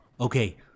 Okay